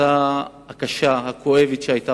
והתוצאה הקשה והכואבת שהיתה